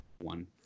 one